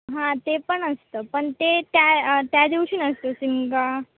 हां ते पण असतं पण ते त्या त्या दिवशी नसतं शिमगा